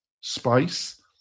space